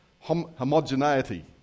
homogeneity